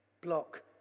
block